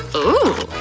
ooh!